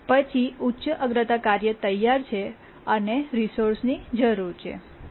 પછી ઉચ્ચ અગ્રતા કાર્ય તૈયાર છે અને રિસોર્સની જરૂર છે